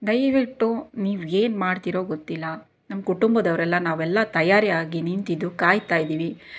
ದಯವಿಟ್ಟು ನೀವು ಏನು ಮಾಡ್ತೀರೋ ಗೊತ್ತಿಲ್ಲ ನಮ್ಮ ಕುಟುಂಬದವರೆಲ್ಲ ನಾವೆಲ್ಲ ತಯಾರಿಯಾಗಿ ನಿಂತಿದ್ರು ಕಾಯ್ತಾಯಿದ್ದೀವಿ